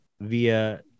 via